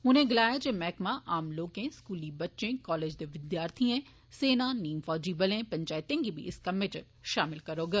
उनें गलाया जे मैह्कमा आम लोकें स्कूली बच्चें कालेज दे विद्यार्थिएं सेना नीम फौजी बलें पंचैतें गी इस कम्मै च षामल करोग